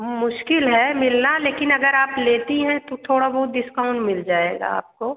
मुश्किल है मिलना लेकिन अगर आप लेती हैं तो थोड़ा बहुत डिस्काउंट मिल जाएगा आपको